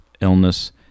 illness